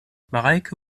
mareike